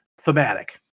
thematic